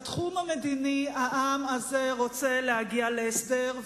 בתחום המדיני העם הזה רוצה להגיע להסדר,